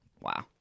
Wow